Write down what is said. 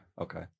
Okay